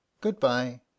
Goodbye